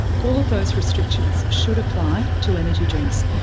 all of those restrictions should apply to energy drinks.